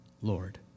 Lord